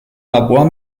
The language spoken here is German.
labor